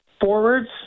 forwards